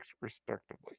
respectively